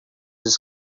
his